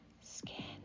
skin